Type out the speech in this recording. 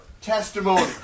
testimony